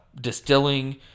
distilling